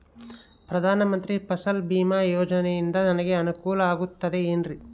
ಪ್ರಧಾನ ಮಂತ್ರಿ ಫಸಲ್ ಭೇಮಾ ಯೋಜನೆಯಿಂದ ನನಗೆ ಅನುಕೂಲ ಆಗುತ್ತದೆ ಎನ್ರಿ?